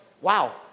wow